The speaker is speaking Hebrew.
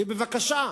ובבקשה,